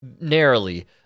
narrowly